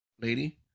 Lady